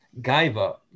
Gaiva